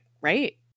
right